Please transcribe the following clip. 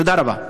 תודה רבה.